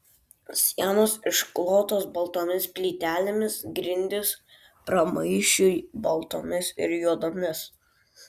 sienos išklotos baltomis plytelėmis grindys pramaišiui baltomis ir juodomis